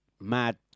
mad